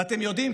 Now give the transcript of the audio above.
ואתם יודעים,